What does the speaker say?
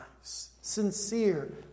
Sincere